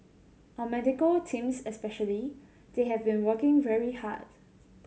our medical teams especially they have been working very hard